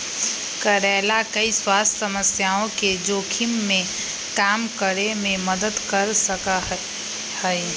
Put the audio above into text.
करेला कई स्वास्थ्य समस्याओं के जोखिम के कम करे में मदद कर सका हई